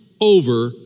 over